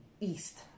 east